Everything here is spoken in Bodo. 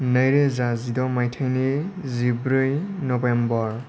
नैरोजा जिद' माइथायनि जिब्रै नबेम्बर